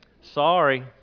sorry